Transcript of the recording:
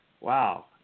Wow